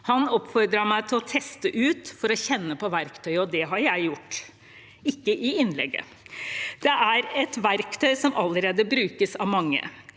Han oppfordret meg til å teste det ut, for å kjenne på verktøyet. Det har jeg gjort – men ikke i dette innlegget. Dette er et verktøy som allerede brukes av mange.